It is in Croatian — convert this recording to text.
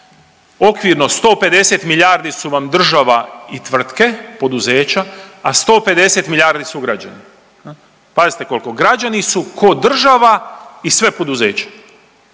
okvirno 150 milijardi su vam država i tvrtke, poduzeća, a 150 milijardi su građani jel, pazite kolko, građani su ko država i sve poduzeće,